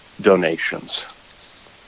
donations